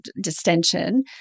distension